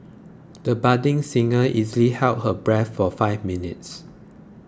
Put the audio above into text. the budding singer easily held her breath for five minutes